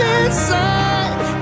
inside